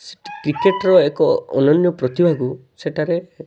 ସେଇଠି କ୍ରିକେଟରେ ଏକ ଅନନ୍ୟ ପ୍ରତିଭାକୁ ସେଠାରେ